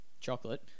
chocolate